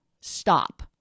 stop